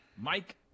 Mike